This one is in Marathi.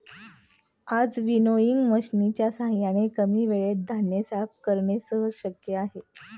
आज विनोइंग मशिनच्या साहाय्याने कमी वेळेत धान्य साफ करणे सहज शक्य आहे